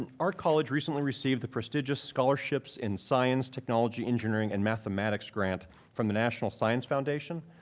and our college recently received the prestigious scholarships in science, technology, engineering and mathematics grant from the national science foundation,